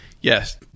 Yes